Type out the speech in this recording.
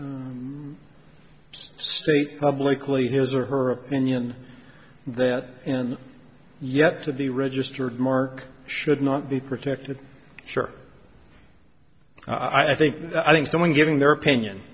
state publicly his or her opinion that and yet to the registered mark should not be protected sure i think i think someone giving their opinion